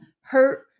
hurt